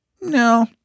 No